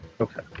Okay